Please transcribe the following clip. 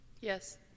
Yes